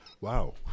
Wow